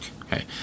okay